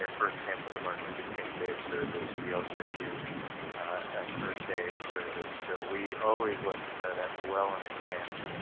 ah for example, the martin luther king day of service. we also do an earth day of service. so we always let them know that in advance.